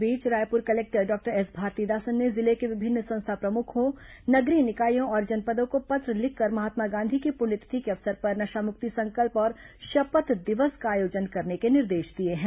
इस बीच Raipur collector doctor S Bharathidasan ने जिले के विभिन्न संस्था प्रमुखों नगरीय निकायों और जनपदों को पत्र लिखकर महात्मा गांधी की पुण्यतिथि के अवसर पर नशामुक्ति संकल्प और शपथ दिवस का आयोजन करने के निर्देश दिए हैं